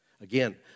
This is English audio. Again